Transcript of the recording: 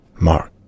mark